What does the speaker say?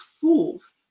fools